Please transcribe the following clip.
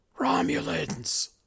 Romulans